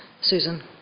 Susan